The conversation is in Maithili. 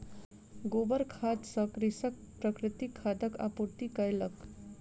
गोबर खाद सॅ कृषक प्राकृतिक खादक आपूर्ति कयलक